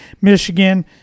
Michigan